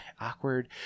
awkward